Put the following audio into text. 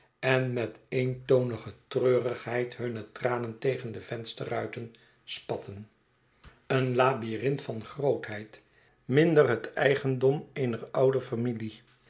en met eentonige treurigheid hunne tranen tegen de vensterruiten spatten een labyrint van grootheid minder het eigendom eéner oude familie